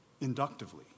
inductively